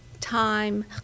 time